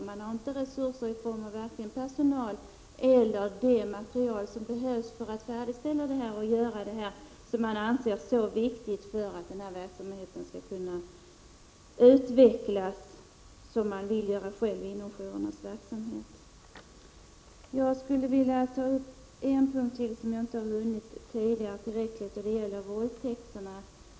Man har inte resurser, vare sig i form av personal eller det material som behövs för att färdigställa skriften, för att göra det här som man anser är så viktigt för att verksamheten skall kunna utvecklas som man själv vill inom jourerna. Jag skulle vilja ta upp en punkt som jag inte har hunnit med riktigt tidigare, nämligen våldtäkterna.